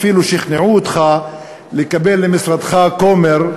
אפילו שכנעו אותך לקבל למשרדך כומר,